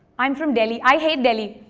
i am from delhi. i hate delhi.